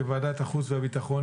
כוועדת החוץ והביטחון,